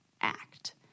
act